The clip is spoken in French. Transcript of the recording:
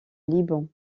liban